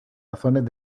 razones